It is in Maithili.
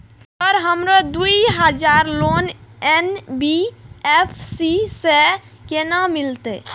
सर हमरो दूय हजार लोन एन.बी.एफ.सी से केना मिलते?